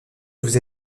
vous